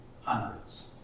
Hundreds